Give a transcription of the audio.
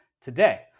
today